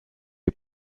est